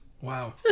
Wow